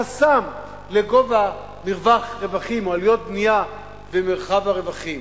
חסם לגובה מרווח רווחים או עלויות בנייה ומרחב הרווחים,